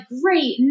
great